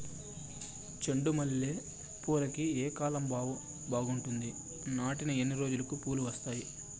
చెండు మల్లె పూలుకి ఏ కాలం బావుంటుంది? నాటిన ఎన్ని రోజులకు పూలు వస్తాయి?